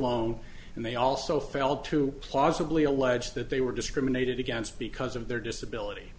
loan and they also failed to plausibly allege that they were discriminated against because of their disability